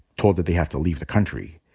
told that they have to leave the country.